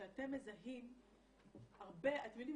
שאתם מזהים הרבה --- אתם יודעים,